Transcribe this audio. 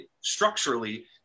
structurally